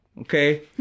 okay